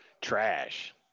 Trash